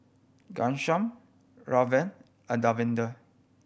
Ghanshyam Ramdev and Davinder